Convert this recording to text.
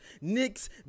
Knicks